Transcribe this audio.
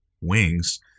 wings